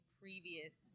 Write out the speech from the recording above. previous